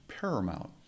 paramount